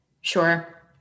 Sure